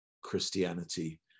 Christianity